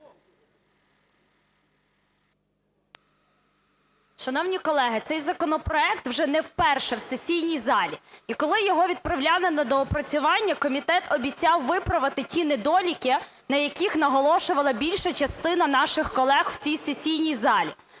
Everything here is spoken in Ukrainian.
Шановні колеги, цей законопроект вже не вперше в сесійній залі. І коли його відправляли на доопрацювання, комітет обіцяв виправити ті недоліки, на яких наголошувала більша частина наших колег в цій сесійній залі.